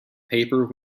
paper